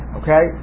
okay